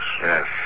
Yes